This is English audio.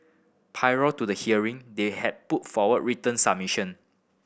prior to the hearing they had put forward written submission